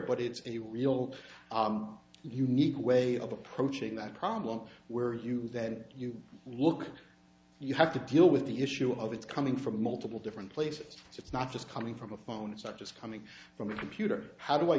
but it's a real unique way of approaching that problem where you then you look you have to deal with the issue of it's coming from multiple different places it's not just coming from a phone it's not just coming from a computer how do i